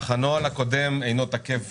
אך הנוהל אינו תקף